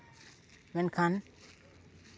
ᱢᱮᱱᱠᱷᱟᱱ